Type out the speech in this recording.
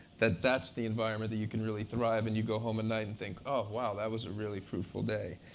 that that's the environment that you can really thrive. and you go home at night and think, oh, wow, that was a really fruitful day.